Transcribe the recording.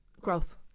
growth